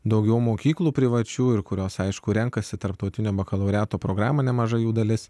daugiau mokyklų privačių ir kurios aišku renkasi tarptautinę moka laureato programą nemaža jų dalis